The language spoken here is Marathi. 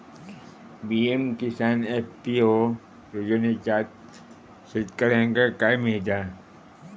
पी.एम किसान एफ.पी.ओ योजनाच्यात शेतकऱ्यांका काय मिळता?